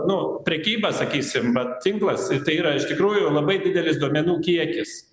nu prekyba sakysim vat tinklas tai yra iš tikrųjų labai didelis duomenų kiekis